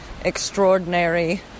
extraordinary